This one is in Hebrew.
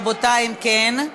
רבותי, אם כן,